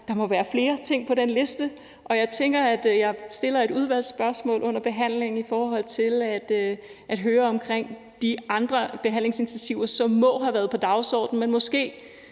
der må være flere ting på den liste, og jeg tænker, at jeg stiller et udvalgsspørgsmål under behandlingen for at høre om de andre initiativer, som må have været på dagsordenen, men måske